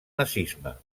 nazisme